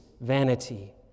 vanity